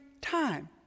time